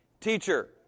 Teacher